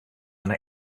their